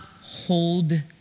hold